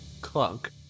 clunk